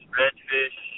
redfish